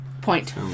Point